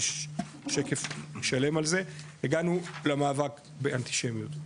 הגענו למאבק באנטישמיות,